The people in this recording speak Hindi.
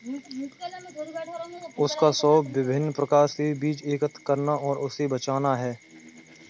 उसका शौक विभिन्न प्रकार के बीज एकत्र करना और उसे बचाना है